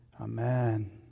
Amen